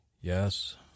Yes